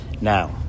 Now